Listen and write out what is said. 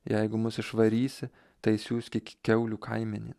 jeigu mus išvarysi tai siųsk į kiaulių kaimenę